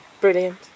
brilliant